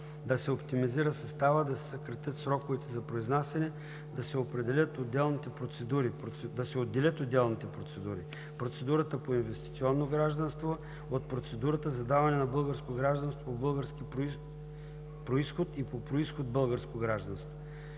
да се оптимизира съставът, да се съкратят сроковете за произнасяне, да се отделят отделните процедури – процедурата по инвестиционно гражданство от процедурата за даване на българско гражданство по български произход и по произход българско гражданство